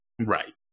Right